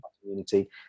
community